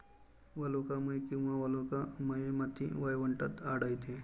वालुकामय किंवा वालुकामय माती वाळवंटात आढळते